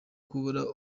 kubura